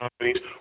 companies